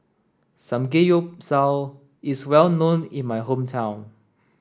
Samgeyopsal is well known in my hometown